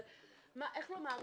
אבל איך הוא אמר,